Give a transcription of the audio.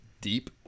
deep